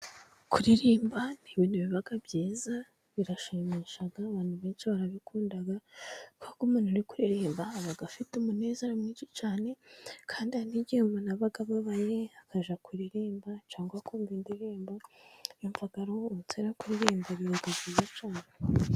Kuririmba ni ibintu biba byiza birashimisha abantu benshi barabikunda kuko umuntu uri kuririmba aba afite umunezero mwinshi cyane. Kandi hari n'igihe umuntu aba ababaye akajya kuririmba cyangwa akumva indirimbo yumva aruhutse kuririmba biba byiza cyane.